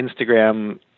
Instagram